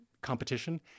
competition